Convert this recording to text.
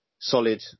solid